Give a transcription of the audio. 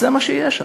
זה מה שיהיה שם.